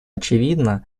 очевидно